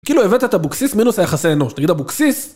כאילו הבאת את אבוקסיס מינוס היחסי האנוש, תגיד אבוקסיס